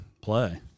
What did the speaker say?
play